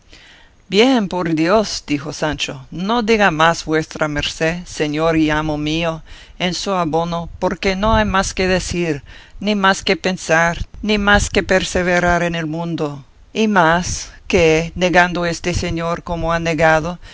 bien por dios dijo sancho no diga más vuestra merced señor y amo mío en su abono porque no hay más que decir ni más que pensar ni más que perseverar en el mundo y más que negando este señor como ha negado